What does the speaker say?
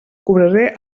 cobraré